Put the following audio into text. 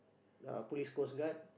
ah police coastguard